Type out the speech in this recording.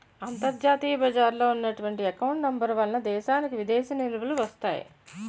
అంతర్జాతీయ బజారులో ఉన్నటువంటి ఎకౌంట్ నెంబర్ వలన దేశానికి విదేశీ నిలువలు వస్తాయి